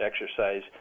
exercise